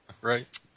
right